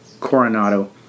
Coronado